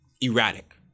erratic